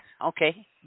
Okay